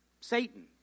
Satan